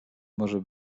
może